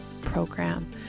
program